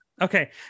Okay